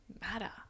matter